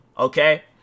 Okay